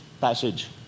passage